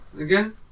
Again